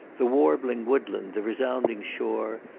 the warbling woodland, the resounding shore,